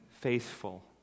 faithful